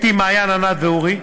אתי, מעיין, ענת ואורי.